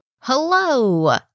Hello